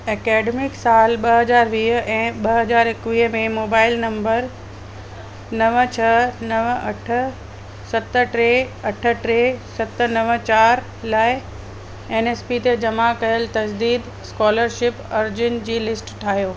academic साल ॿ हज़ार वीह ऐं ॿ हज़ार एकवीह में मोबाइल नंबर नव छह नव अठ सत टे अठ टे सत नव चारि लाइ एन एस पी ते जमा कयल तजदीद स्कोलरशिप अर्ज़ियुनि जी लिस्ट ठाहियो